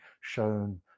shown